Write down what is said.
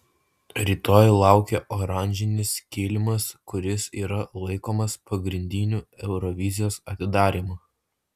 rytoj laukia oranžinis kilimas kuris yra laikomas pagrindiniu eurovizijos atidarymu